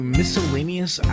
Miscellaneous